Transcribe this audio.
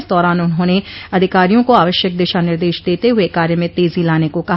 इस दौरान उन्होंने अधिकारियों को आवश्यक दिशा निर्देश देते हुए कार्य में तेजी लाने को कहा